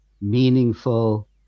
meaningful